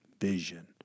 vision